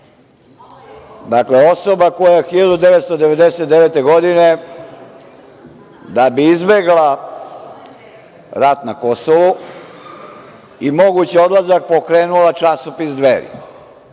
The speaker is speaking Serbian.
kada? Dakle, osoba koja je 1999. godine, da bi izbegla rat na Kosovu i mogući odlazak, pokrenula časopis „Dveri“.